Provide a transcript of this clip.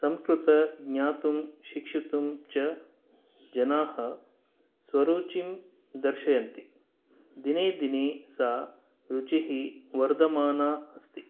संस्कृत ज्ञातुं शिक्षितुं च जनाः स्वरुचिं दर्शयन्ति दिने दिने सा रुचिः वर्धमाना अस्ति